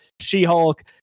She-Hulk